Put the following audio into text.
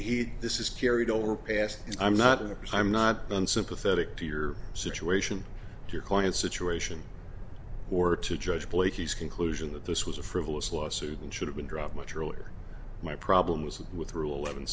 he this is carried over past it i'm not in a not unsympathetic to your situation your client situation or to judge blakey's conclusion that this was a frivolous lawsuit and should have been dropped much earlier my problem was with roule